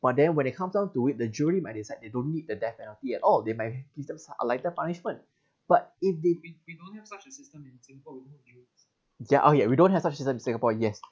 but then when it comes down to it the jury might decide they don't need the death penalty at all they might give them some lighter punishment but if they yeah oh yeah we don't have such system in singapore yes